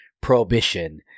prohibition